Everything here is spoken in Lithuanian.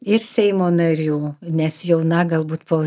ir seimo narių nes jau na galbūt po